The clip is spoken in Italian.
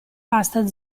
vasta